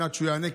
כדי שהוא יענה.